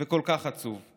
וכל כך עצוב,